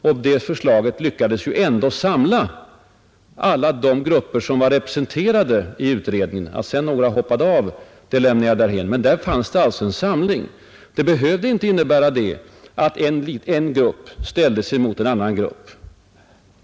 Och förslaget lyckades samla alla de grupper som var representerade i utredningen. Att sedan några hoppade av lämnar jag därhän. Men där fanns en bred samling. Det byggde inte på att en samhällsgrupp ställdes emot en annan.